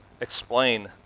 explain